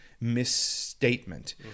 misstatement